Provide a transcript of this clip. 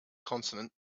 consonant